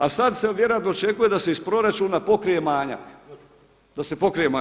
A sada se vjerojatno očekuje da se iz proračuna pokrije manjak, da se pokrije manjak.